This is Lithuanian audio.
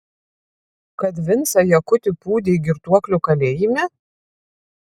kad vincą jakutį pūdei girtuoklių kalėjime